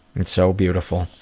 it's so beautiful.